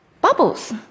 Bubbles